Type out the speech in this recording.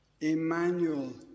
Emmanuel